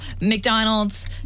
McDonald's